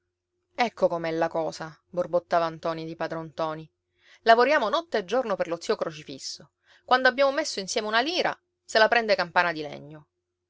ecco com'è la cosa borbottava ntoni di padron ntoni lavoriamo notte e giorno per lo zio crocifisso quando abbiamo messo insieme una lira se la prende campana di legno